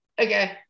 Okay